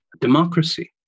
democracy